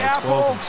Apple